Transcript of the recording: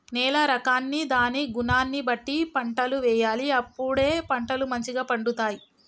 నేల రకాన్ని దాని గుణాన్ని బట్టి పంటలు వేయాలి అప్పుడే పంటలు మంచిగ పండుతాయి